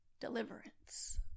deliverance